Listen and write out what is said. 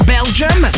Belgium